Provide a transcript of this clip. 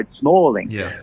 Smalling